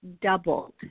doubled